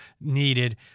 needed